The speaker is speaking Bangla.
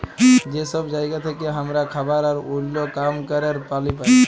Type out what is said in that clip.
যে সব জায়গা থেক্যে হামরা খাবার আর ওল্য কাম ক্যরের পালি পাই